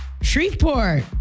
Shreveport